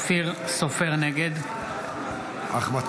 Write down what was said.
נגד אחמד